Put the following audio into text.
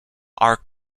are